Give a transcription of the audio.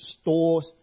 store's